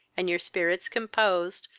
and your spirits composed,